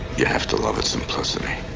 you have to love its simplicity,